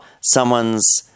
someone's